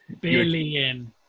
Billion